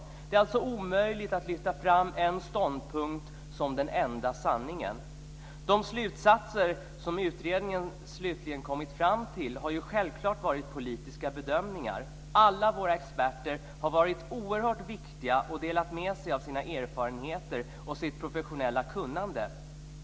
Det är alltså omöjligt att lyfta fram en ståndpunkt som den enda sanningen. De slutsatser som utredningen slutligen kommit fram till har självfallet varit politiska bedömningar. Alla våra experter har varit oerhört viktiga, och de har delat med sig av sina erfarenheter och sitt professionella kunnande.